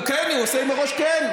הוא כן, הוא עושה עם הראש כן.